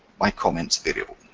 my comments variable.